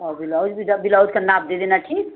और बिलाउज भी जब बिलाउज का नाप दे देना ठीक